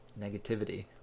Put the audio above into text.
negativity